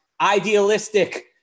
idealistic